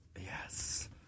Yes